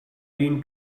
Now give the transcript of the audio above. been